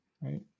Right